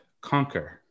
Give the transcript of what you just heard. conquer